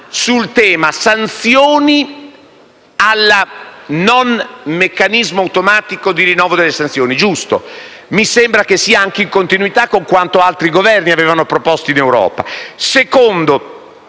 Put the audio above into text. delle sanzioni e il no ad un meccanismo automatico di rinnovo delle sanzioni: è giusto e mi sembra sia anche in continuità con quanto altri Governi avevano proposto in Europa. La seconda